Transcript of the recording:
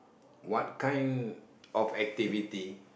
what kind of activity